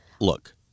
look